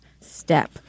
step